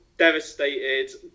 devastated